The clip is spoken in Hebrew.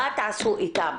מה תעשו איתם?